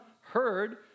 heard